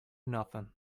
nothing